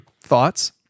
thoughts